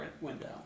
window